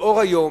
לאור היום,